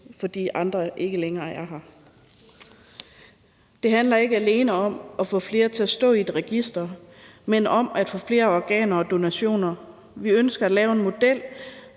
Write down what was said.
nogle andre ikke længere er her. Det handler ikke alene om at få flere til at stå i et register, men om at få flere organer og donationer. Vi ønsker ikke at lave en model,